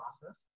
process